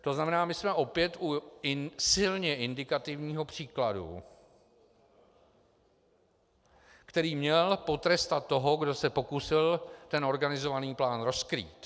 To znamená, my jsme opět u silně indikativního příkladu, který měl potrestat toho, kdo se pokusil organizovaný plán rozkrýt.